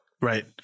Right